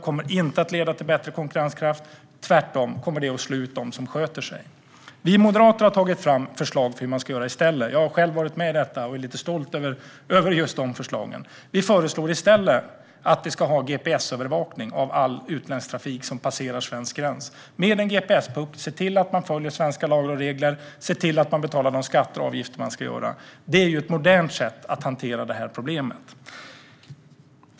Det kommer inte att leda till bättre konkurrenskraft. Det kommer tvärtom att slå ut dem som sköter sig. Vi moderater har tagit fram förslag till hur man ska göra i stället. Jag har själv varit med i det och är lite stolt över just de förslagen. Vi föreslår i stället att vi ska ha gps-övervakning av all utländsk trafik som passerar svensk gräns. Men en gps-puck kan vi se till att man följer svenska lagar och regler och se till att man betalar de skatter och avgifter man ska göra. Det är ett modernt sätt att hantera problemet.